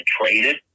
traded